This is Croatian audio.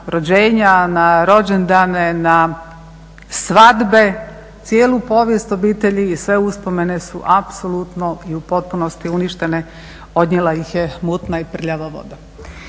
rođenja, na rođendane, na svadbe, cijelu povijest obitelji i sve uspomene su apsolutno i u potpunosti uništenje, odnijela ih je mutna i prljava voda.